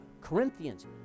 Corinthians